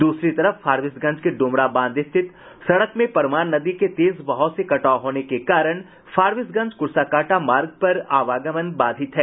दूसरी तरफ फारबिसगंज के डोमरा बांध स्थित सड़क में परमान नदी के तेज बहाव से कटाव होने के कारण फारबिसगंज कुरसाकांटा मार्ग पर आवागमन बाधित है